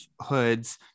hoods